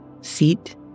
seat